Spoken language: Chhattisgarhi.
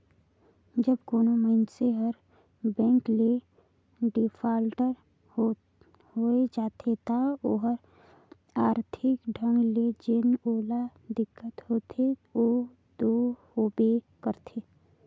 जब कोनो मइनसे हर बेंक ले डिफाल्टर होए जाथे ता ओहर आरथिक ढंग ले जेन ओला दिक्कत होथे ओ दो होबे करथे